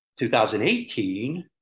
2018